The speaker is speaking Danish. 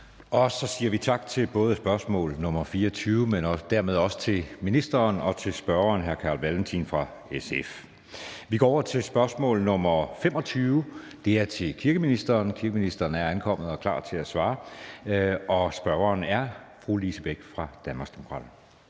Søe): Det afslutter spørgsmål nr. 24, og dermed siger vi tak til både ministeren og spørgeren, hr. Carl Valentin fra SF. Vi går videre til spørgsmål nr. 25. Det er til kirkeministeren, og kirkeministeren er ankommet og er klar til at svare, og spørgeren er fru Lise Bech fra Danmarksdemokraterne.